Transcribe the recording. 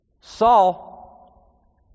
Saul